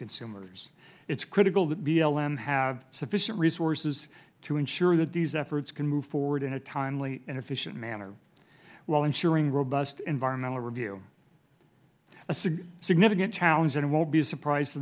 consumers it is critical that blm have sufficient resources to ensure that these efforts can move forward in a timely and efficient manner while ensuring robust environmental review a significant challenge and it won't be a surprise to